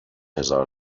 هزار